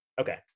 Okay